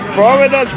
Florida